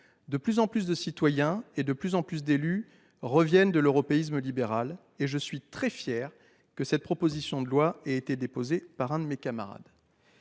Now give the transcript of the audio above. De plus en plus de citoyens et d’élus en reviennent de l’européisme libéral, et je suis très fier que cette proposition de loi ait été déposée par un de mes camarades.